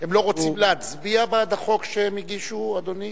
הם לא רוצים להצביע בעד החוק שהם הגישו, אדוני?